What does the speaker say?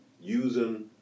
using